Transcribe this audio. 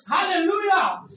Hallelujah